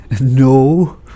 no